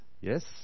Yes